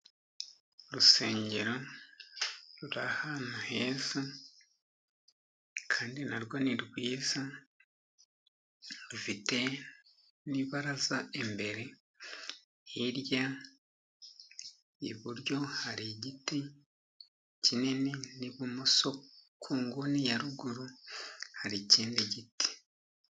Urusengero ruri ahantu heza, kandi na rwo ni rwiza, rufite n'ibaraza imbere. Hirya iburyo hari igiti kinini n'ibumoso ku nguni ya ruguru hari ikindi giti.